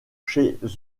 chez